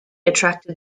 attracted